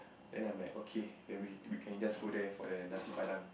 then I'm like okay then we we can just go there for their nasi-padang